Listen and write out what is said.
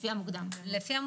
לפי המוקדם.